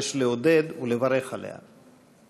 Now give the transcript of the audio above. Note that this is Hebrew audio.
ויש לעודד אותה ולברך עליה.